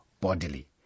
bodily